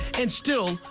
and still,